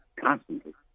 constantly